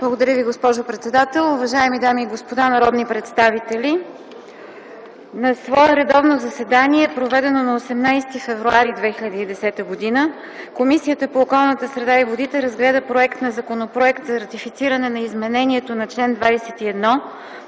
Благодаря Ви, госпожо председател. Уважаеми дами и господа народни представители! „На свое редовно заседание, проведено на 18 февруари 2010 г., Комисията по околната среда и водите разгледа проект на Законопроект за ратифициране на изменението на чл.